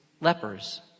lepers